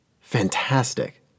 Fantastic